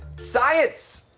science.